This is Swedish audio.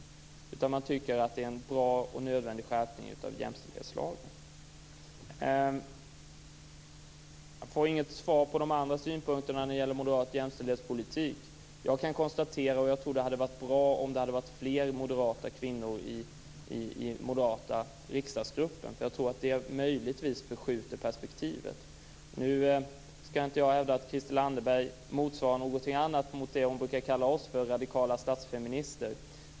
Man tycker att det är en bra och nödvändig skärpning av jämställdhetslagen. Jag får inget svar på de andra synpunkterna när det gäller moderat jämställdhetspolitik. Jag tror att det hade varit bra om det hade varit fler kvinnor i den moderata riksdagsgruppen. Jag tror att det möjligtvis förskjuter perspektivet. Nu skall inte jag hävda att Christel Anderberg motsvarar någonting annat än det hon brukar kalla oss för, nämligen radikala statsfeminister.